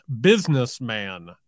businessman